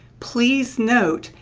please note,